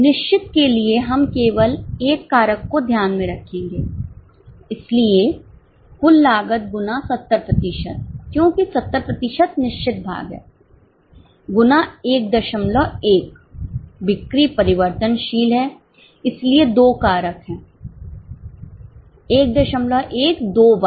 निश्चित के लिए हम केवल एक कारक को ध्यान में रखेंगे इसलिए कुल लागत गुना 70 प्रतिशत क्योंकि 70 प्रतिशत निश्चित भाग है गुना 11बिक्री परिवर्तनशील है इसलिए दो कारक हैं 11 दो बार